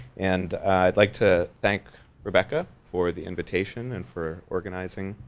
and i'd like to thank rebecca for the invitation and for organizing